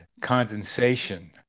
condensation